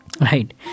right